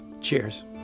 Cheers